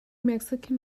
mexican